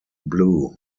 blue